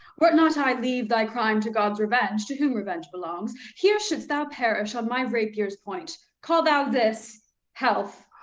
wer't not i leave thy crime to god's revenge, to whom revenge belongs, here shouldst thou perish on my rapier's point. call'st thou this health?